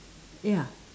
ya